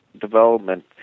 development